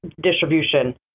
distribution